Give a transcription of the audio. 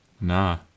Nah